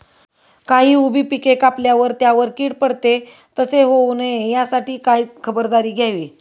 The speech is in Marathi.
काही उभी पिके कापल्यावर त्यावर कीड पडते, तसे होऊ नये यासाठी काय खबरदारी घ्यावी?